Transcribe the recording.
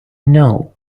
know